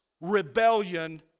rebellion